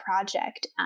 project